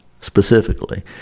specifically